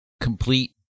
complete